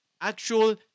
actual